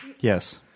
Yes